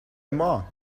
aimera